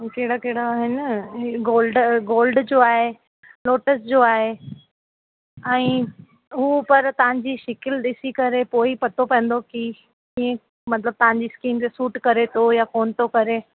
हूअ कहिड़ा कहिड़ा आहिनि हीअ गोल्ड गोल्ड जो आहे लोटस जो आहे ऐंं हूअ पर तव्हांजी शिकिल ॾिसी करे पोइ ई पतो पवंदो की कीअं मतिलब तव्हांजी स्किन ते सूट अरे थो या कोन्ह करे